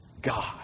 God